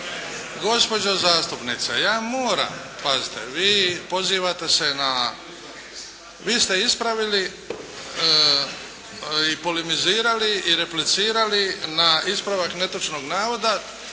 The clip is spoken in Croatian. Gospođo zastupnice, ja moram. Pazite, vi pozivate se na, vi ste ispravili i polemizirali i replicirali na ispravak netočnog navoda